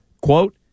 Quote